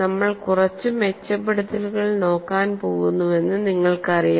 നമ്മൾ കുറച്ച് മെച്ചപ്പെടുത്തലുകൾ നോക്കാൻ പോകുന്നുവെന്ന് നിങ്ങൾക്കറിയാം